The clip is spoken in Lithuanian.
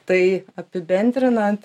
tai apibendrinant